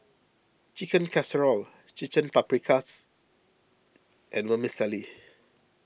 Chicken Casserole Paprikas and Vermicelli